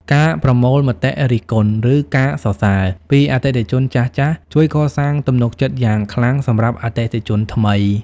ការប្រមូលមតិរិះគន់ ឬការសរសើរ ពីអតិថិជនចាស់ៗ ជួយកសាងទំនុកចិត្តយ៉ាងខ្លាំងសម្រាប់អតិថិជនថ្មី។